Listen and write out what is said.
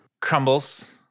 Crumbles